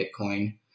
Bitcoin